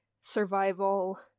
survival